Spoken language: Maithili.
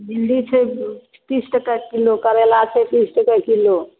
भिंडी छै तीस टका किलो करैला छै बीस टके किलो